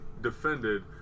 defended